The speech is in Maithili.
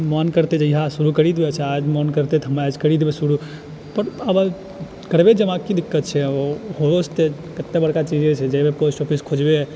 मन करतै जहिया शुरू करि देबे के छै आज मन करितै तऽ हमे आज करि देबै शुरुपर अब करबै जमा की दिक्कत छै रोज तऽ कते बड़का चीज होइ छै पोस्ट ऑफिस खोजबै